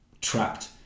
trapped